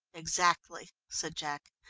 exactly, said jack,